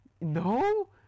No